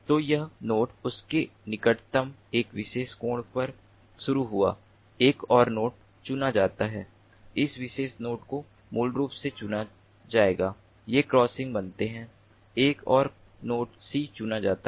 तो यह नोड उसके निकटतम एक विशेष कोण पर शुरू हुआ एक और नोड चुना जाता है इस विशेष नोड को मूल रूप से चुना जाएगा ये क्रॉसिंग बनते हैं एक और नोड सी चुना जाता है